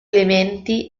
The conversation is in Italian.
elementi